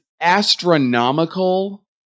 astronomical